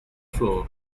floor